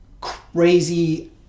crazy